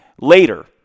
later